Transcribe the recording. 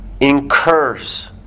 incurs